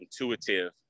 intuitive